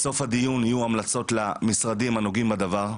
בסוף הדיון יהיו המלצות למשרדים הנוגעים בדבר.